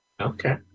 okay